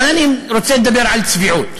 אבל אני רוצה לדבר על צביעות.